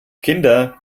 kinder